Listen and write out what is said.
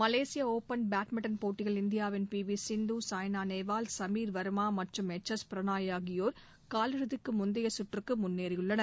மலேசிய open badminton போட்டியில் இந்தியாவின் P V Sindhu Saina Nehwal Sameer Verma மற்றும் பிரணாய் ஆகியோர் காலிறுதிக்கு முந்தைய சுற்றுக்கு முன்னேறியுள்ளனர்